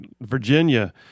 Virginia